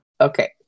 Okay